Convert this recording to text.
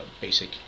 basic